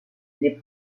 les